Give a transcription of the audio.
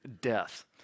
death